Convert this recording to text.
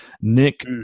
Nick